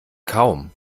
kaum